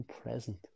present